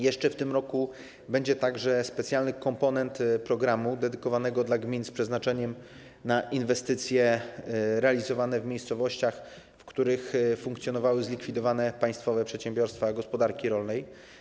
Jeszcze w tym roku będzie specjalny komponent programu dedykowanego gminom z przeznaczeniem na inwestycje realizowane w miejscowościach, w których funkcjonowały zlikwidowane państwowe przedsiębiorstwa gospodarki rolnej.